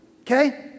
okay